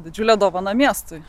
didžiule dovana miestui